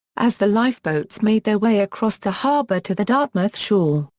as the lifeboats made their way across the harbour to the dartmouth shore,